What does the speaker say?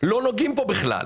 בכלל לא נוגעים בו עכשיו,